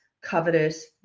covetous